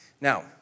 Now